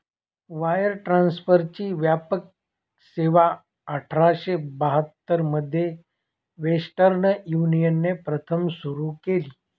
wire ट्रान्सफरची व्यापक सेवाआठराशे बहात्तर मध्ये वेस्टर्न युनियनने प्रथम सुरू केली